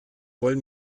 wollen